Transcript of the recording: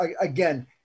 again